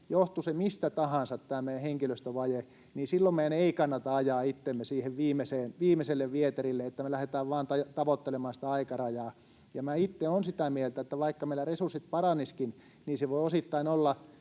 johtui se mistä tahansa, tämä meidän henkilöstövaje — että silloin meidän ei kannata ajaa itseämme siihen viimeiselle vieterille, että me lähdemme tavoittelemaan vain sitä aikarajaa. Minä itse olen sitä mieltä, että vaikka meillä resurssit paranisivatkin, niin se voi osittain olla